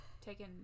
Taken